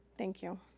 thank you.